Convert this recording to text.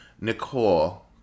Nicole